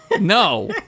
No